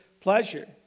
pleasure